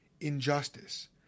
injustice